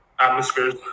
atmospheres